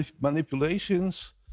manipulations